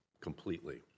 completely